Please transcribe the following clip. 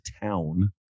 town